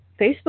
Facebook